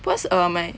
because err my